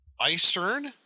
ICERN